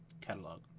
catalog